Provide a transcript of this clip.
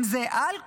אם זה אלכוהול,